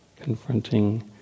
confronting